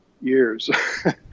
years